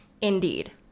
Indeed